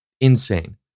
Insane